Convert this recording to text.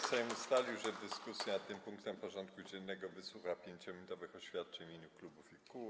Sejm ustalił, że w dyskusji nad tym punktem porządku dziennego wysłucha 5-minutowych oświadczeń w imieniu klubów i kół.